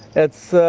it's,